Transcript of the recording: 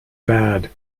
bad